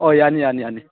ꯑꯣ ꯌꯥꯅꯤ ꯌꯥꯅꯤ ꯌꯥꯅꯤ